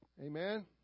Amen